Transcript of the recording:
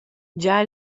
gia